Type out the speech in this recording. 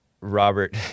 Robert